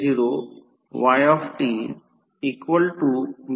I याचा पर्याय I2 होईल आणि तो येथे I0 आहे